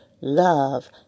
love